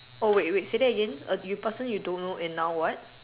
oh wait wait say that again a the person you don't know is now what